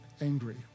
angry